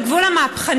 על גבול המהפכנית,